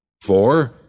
Four